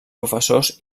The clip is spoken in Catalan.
professors